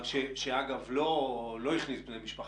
שאגב לא הכניס בני משפחה,